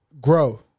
grow